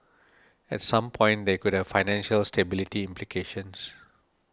at some point they could have financial stability implications